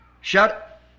shut